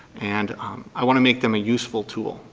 and i want to make them a useful tool.